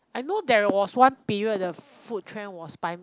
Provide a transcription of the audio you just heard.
I know there was one period the food trend was 白